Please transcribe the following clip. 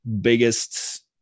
biggest